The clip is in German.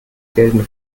gelten